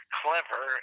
clever